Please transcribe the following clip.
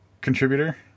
contributor